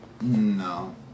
No